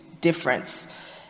difference